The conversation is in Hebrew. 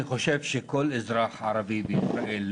אני חושב שכל אזרח ערבי בישראל,